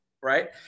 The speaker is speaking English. Right